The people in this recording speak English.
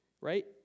Right